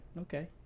okay